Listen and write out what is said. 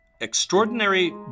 Extraordinary